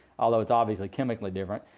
although it's obviously chemically different.